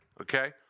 okay